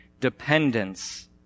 dependence